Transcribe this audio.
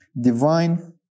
divine